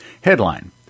Headline